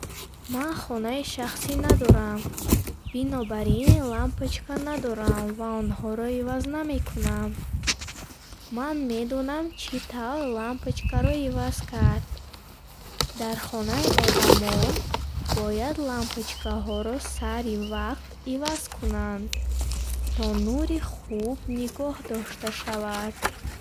Ман хонаи шахсӣ надорам, бинобар ин лампочка надорам ва онҳоро иваз намекунам. Ман медонам чӣ тавр лампочкаро иваз кард. Дар хонаи одамон бояд лампочкаҳоро сари вақт иваз кунанд, то нури хуб нигоҳ дошта шавад.